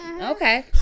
Okay